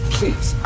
Please